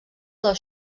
del